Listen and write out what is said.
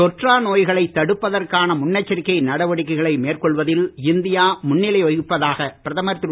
தொற்றா நோய்களை தடுப்பதற்கான முன்னெச்சரிக்கை நடவடிக்கைகளை மேற்கொள்வதில் இந்தியா முன்னிலை வகிப்பதாக பிரதமர் திரு